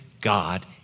God